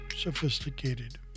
sophisticated